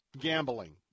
gambling